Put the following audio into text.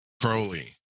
Crowley